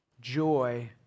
joy